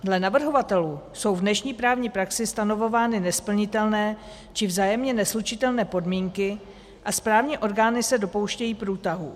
Dle navrhovatelů jsou v dnešní právní praxi stanovovány nesplnitelné či vzájemně neslučitelné podmínky a správní orgány se dopouštějí průtahů.